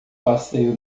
passeio